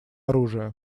оружие